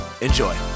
Enjoy